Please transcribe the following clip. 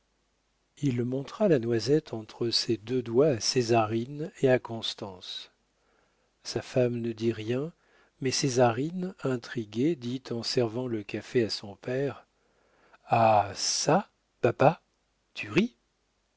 il montra la noisette entre ses deux doigts à césarine et à constance sa femme ne dit rien mais césarine intriguée dit en servant le café à son père ah çà papa tu